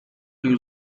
new